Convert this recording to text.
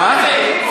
מה?